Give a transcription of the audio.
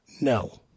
No